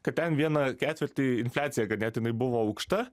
kad ten vieną ketvirtį infliacija ganėtinai buvo aukšta